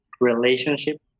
relationship